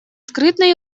скрытной